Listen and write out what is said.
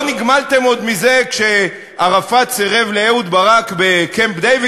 לא נגמלתם עוד מזה כשערפאת סירב לאהוד ברק בקמפ-דייוויד?